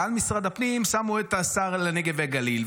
ועל משרד הפנים שמו את שר הנגב והגליל.